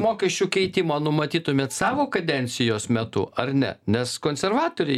mokesčių keitimą numatytumėt savo kadencijos metu ar ne nes konservatoriai